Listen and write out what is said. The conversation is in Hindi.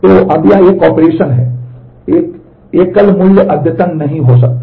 तो अब यह एक ऑपरेशन है यह एक एकल मूल्य अद्यतन नहीं हो सकता है